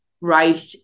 right